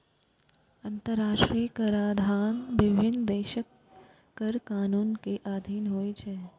अंतरराष्ट्रीय कराधान विभिन्न देशक कर कानून के अधीन होइ छै